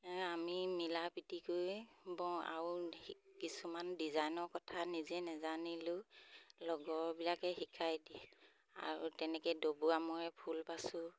আমি মিলা প্ৰীতিকৈয়ে বওঁ আৰু কিছুমান ডিজাইনৰ কথা নিজে নেজানিলেও লগৰবিলাকে শিকাই দিয়ে আৰু তেনেকৈ ডবুৱা মোৰে ফুল বাচোঁ